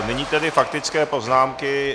Nyní tedy faktické poznámky.